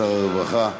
הרווחה,